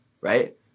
right